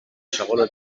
segona